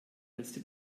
letzte